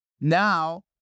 Now